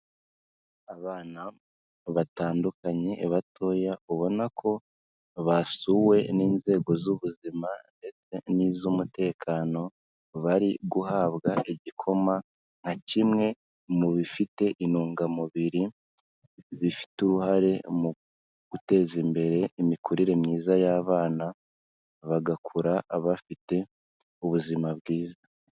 Abana batandukanye batoya, ubona ko basuwe n'inzego z'ubuzima ndetse n'iz'umutekano, bari guhabwa igikoma nka kimwe mu bifite intungamubiri, bifite uruhare mu guteza imbere imikurire myiza y'abana, bagakura bafite ubuzima bwiza.